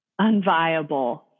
unviable